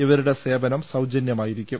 ഇവ രുടെ സേവനം സൌജന്യമായിരിക്കും